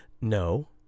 No